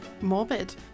morbid